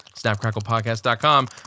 snapcracklepodcast.com